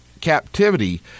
captivity